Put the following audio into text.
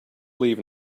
leave